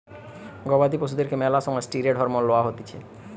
গবাদি পশুদেরকে ম্যালা সময় ষ্টিরৈড হরমোন লওয়া হতিছে